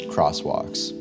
Crosswalks